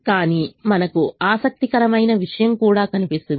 కానీ మనకు ఆసక్తికరమైన విషయం కూడా కనిపిస్తుంది